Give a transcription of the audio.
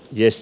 mies